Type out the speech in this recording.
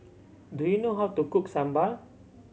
do you know how to cook sambal